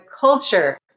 culture